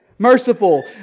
Merciful